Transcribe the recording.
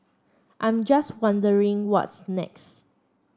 I'm just wondering what's next